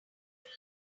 line